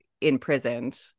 imprisoned